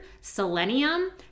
selenium